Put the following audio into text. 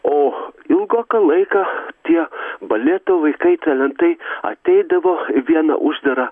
o ilgoką laiką tie baleto vaikai talentai ateidavo į vieną uždarą